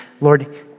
Lord